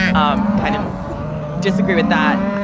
um kind of disagree with that.